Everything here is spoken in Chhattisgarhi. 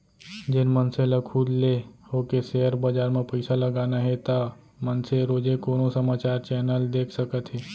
जेन मनसे ल खुद ले होके सेयर बजार म पइसा लगाना हे ता मनसे रोजे कोनो समाचार चैनल देख सकत हे